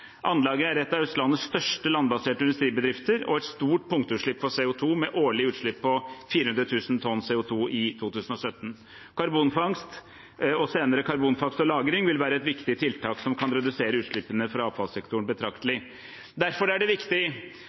Anlegget er en av Østlandets største landbaserte industribedrifter og et stort punktutslipp av CO 2 med årlig utslipp på 400 000 tonn CO 2 i 2017. Karbonfangst, og senere karbonfangst og -lagring, vil være et viktig tiltak som kan redusere utslippene fra avfallssektoren betraktelig. Derfor er det viktig